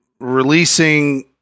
releasing